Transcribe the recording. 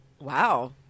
Wow